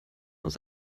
aus